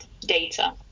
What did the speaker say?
data